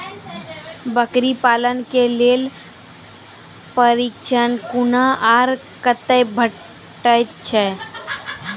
बकरी पालन के लेल प्रशिक्षण कूना आर कते भेटैत छै?